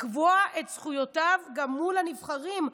לקבוע את זכויותיו גם מול הנבחרים,